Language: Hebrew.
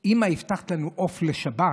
"אימא, הבטחת לנו עוף לשבת"